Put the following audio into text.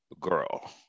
girl